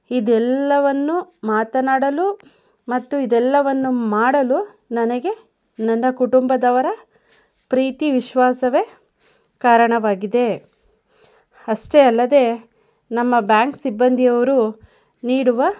ಇದೆಲ್ಲವನ್ನು ಮಾತನಾಡಲು ಮತ್ತು ಇದೆಲ್ಲವನ್ನು ಮಾಡಲು ನನಗೆ ನನ್ನ ಕುಟುಂಬದವರ ಪ್ರೀತಿ ವಿಶ್ವಾಸವೇ ಕಾರಣವಾಗಿದೆ ಅಷ್ಟೇ ಅಲ್ಲದೇ ನಮ್ಮ ಬ್ಯಾಂಕ್ ಸಿಬ್ಬಂದಿಯವರು ನೀಡುವ